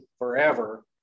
Forever